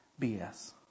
BS